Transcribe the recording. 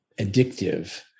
addictive